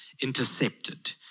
intercepted